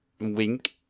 wink